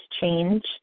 change